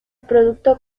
producto